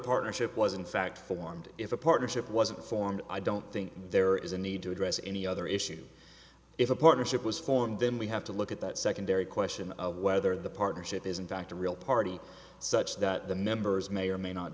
partnership was in fact formed if a partnership wasn't formed i don't think there is a need to address any other issues if a partnership was formed then we have to look at that secondary question of whether the partnership is in fact a real party such that the members may or may not